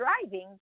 driving